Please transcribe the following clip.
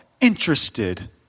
interested